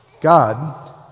God